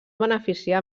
beneficiar